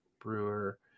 Brewer